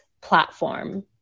platform